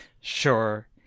Sure